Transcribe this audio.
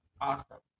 awesome